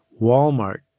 Walmart